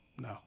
No